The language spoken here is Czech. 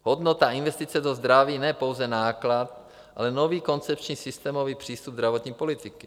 Hodnota investice do zdraví, ne pouze náklad, ale nový koncepční systémový přístup zdravotní politiky.